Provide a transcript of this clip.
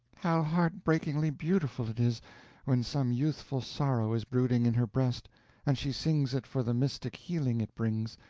how heartbreakingly beautiful it is when some youthful sorrow is brooding in her breast and she sings it for the mystic healing it brings.